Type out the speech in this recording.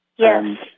Yes